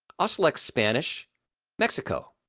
ah select spanish mexico.